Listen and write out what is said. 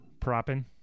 Propping